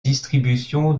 distribution